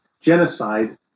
genocide